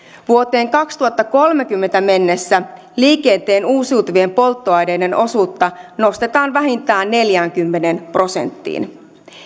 vuoteen kaksituhattakolmekymmentä mennessä liikenteen uusiutuvien polttoaineiden osuutta nostetaan vähintään neljäänkymmeneen prosenttiin